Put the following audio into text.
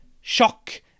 Shock